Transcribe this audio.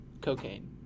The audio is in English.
Cocaine